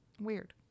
Weird